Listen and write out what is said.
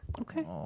Okay